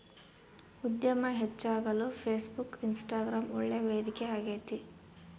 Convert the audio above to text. ಉದ್ಯಮ ಹೆಚ್ಚಾಗಲು Facebook, Instagram ಒಳ್ಳೆ ವೇದಿಕೆ ಆಗೈತೆ